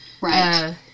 Right